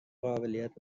قابلیت